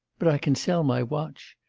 but i can sell my watch.